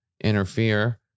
interfere